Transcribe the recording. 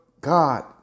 God